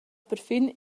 perfin